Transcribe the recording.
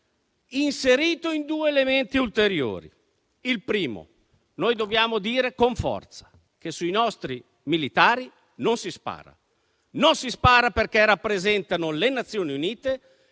inserito in due elementi ulteriori. Il primo: noi dobbiamo dire con forza che sui nostri militari non si spara. Non si spara perché rappresentano le Nazioni Unite